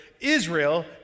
Israel